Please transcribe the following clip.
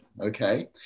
okay